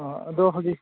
ꯑꯥ ꯑꯗꯣ ꯍꯧꯖꯤꯛ